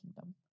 Kingdom